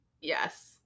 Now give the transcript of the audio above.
yes